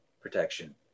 protection